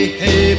hey